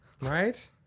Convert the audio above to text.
Right